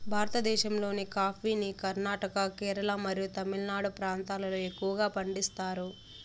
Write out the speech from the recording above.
భారతదేశంలోని కాఫీని కర్ణాటక, కేరళ మరియు తమిళనాడు ప్రాంతాలలో ఎక్కువగా పండిస్తారు